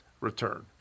return